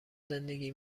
زندگی